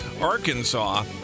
arkansas